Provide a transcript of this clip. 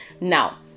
now